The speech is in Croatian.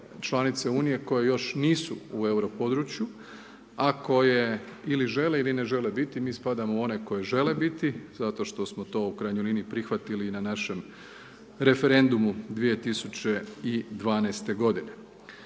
članice unije koje još nisu u euro području a koje ili žele ili ne žele biti, mi spadamo u one koje žele biti, zato što smo to u krajnjoj liniji prihvatili i na našem referendumu 2012. godine.